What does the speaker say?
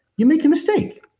you make a mistake.